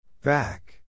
Back